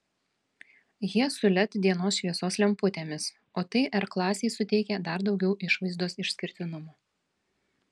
jie su led dienos šviesos lemputėmis o tai r klasei suteikia dar daugiau išvaizdos išskirtinumo